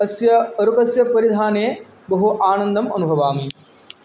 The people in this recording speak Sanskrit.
अस्य उरुकस्य परिधाने बहु आनन्दं अनुभवामि